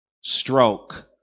stroke